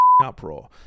Uproar